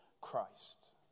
Christ